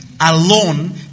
alone